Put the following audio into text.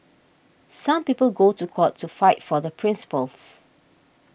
some people go to court to fight for the principles